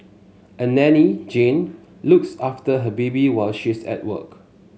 a nanny Jane looks after her baby while she's at work